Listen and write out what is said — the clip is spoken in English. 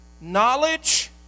knowledge